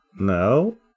no